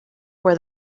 were